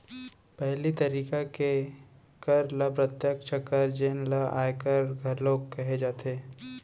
पहिली तरिका के कर ल प्रत्यक्छ कर जेन ल आयकर घलोक कहे जाथे